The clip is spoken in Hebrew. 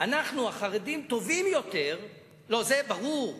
אנחנו החרדים טובים יותר, וזה ברור,